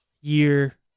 year